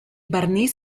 barniz